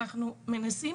אנחנו מנסים